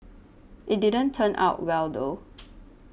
it didn't turn out well though